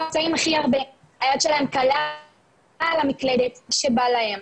היד שלהם קלה על המקלדת כשבא להם.